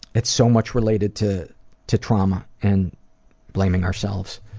it's so much related to to trauma and blaming ourselves.